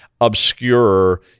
obscure